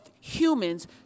humans